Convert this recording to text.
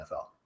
NFL